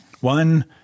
One